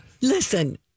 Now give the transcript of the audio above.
Listen